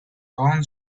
own